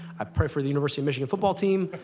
i pray for the university of michigan football team.